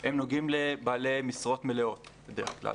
על שכר הם נוגעים לבעלי משרות מלאות בדרך כלל.